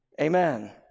Amen